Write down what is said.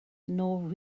nor